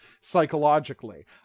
psychologically